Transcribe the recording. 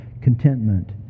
contentment